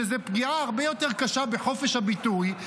שזו פגיעה הרבה יותר קשה בחופש הביטוי,